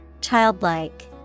Childlike